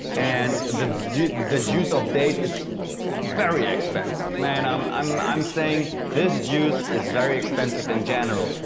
and the the juice of date is very expensive. man, um i'm i'm saying this juice is very expensive in general.